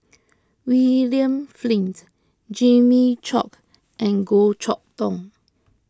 William Flint Jimmy Chok and Goh Chok Tong